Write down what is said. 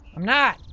i'm not